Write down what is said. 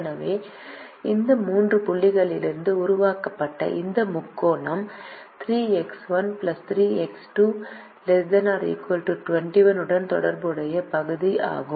எனவே இந்த மூன்று புள்ளிகளிலிருந்து உருவாக்கப்பட்ட இந்த முக்கோணம் 3X1 3X2 ≤ 21 உடன் தொடர்புடைய பகுதி ஆகும்